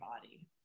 body